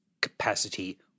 capacity